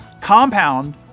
compound